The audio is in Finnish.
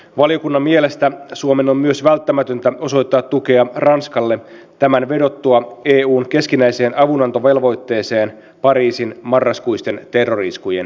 valiokunnan mielestä suomen on myös välttämätöntä osoittaa tukea ranskalle tämän vedottua eun keskinäiseen avunantovelvoitteeseen pariisin marraskuisten terrori iskujen jälkeen